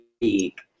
week